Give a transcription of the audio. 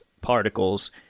particles